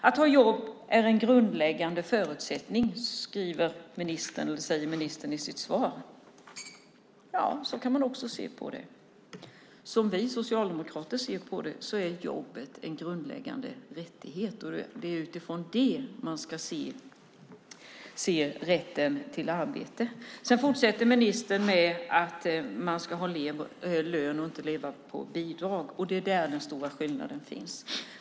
Att ha jobb är en grundläggande förutsättning, säger ministern i sitt svar. Så kan man också se på det. Som vi socialdemokrater ser på det är jobbet en grundläggande rättighet. Det är utifrån det man ska se rätten till arbete. Ministern fortsätter med att man ska ha lön och inte leva på bidrag. Där finns den stora skillnaden.